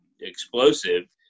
explosive